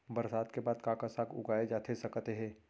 बरसात के बाद का का साग उगाए जाथे सकत हे?